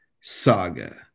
Saga